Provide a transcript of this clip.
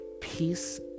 Peace